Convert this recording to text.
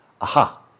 Aha